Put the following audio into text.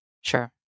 Sure